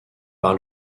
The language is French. par